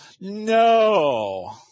No